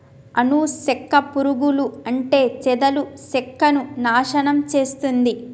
అను సెక్క పురుగులు అంటే చెదలు సెక్కను నాశనం చేస్తుంది